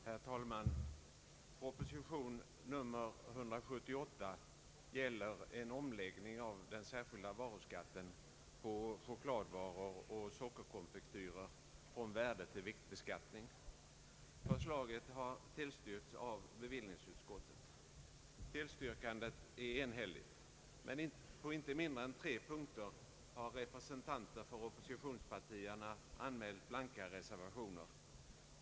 Herr talman! Proposition nr 178 gäller en omläggning av den särskilda varuskatten på chokladvaror och socker konfektyrer från värdetill viktbeskattning. Förslaget har tillstyrkts av bevillningsutskottet. Tillstyrkandet är enhälligt, men på inte mindre än fyra punkter har representanter för oppositionspartierna anmält blanka reservationer.